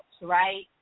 right